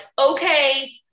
okay